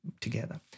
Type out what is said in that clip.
together